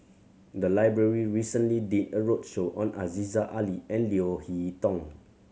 the library recently did a roadshow on Aziza Ali and Leo Hee Tong